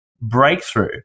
breakthrough